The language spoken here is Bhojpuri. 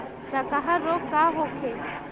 डकहा रोग का होखे?